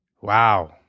Wow